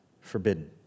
forbidden